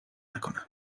نکنم